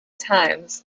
times